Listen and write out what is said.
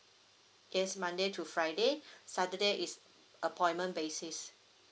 yes monday to friday saturday is appointment basis